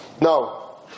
no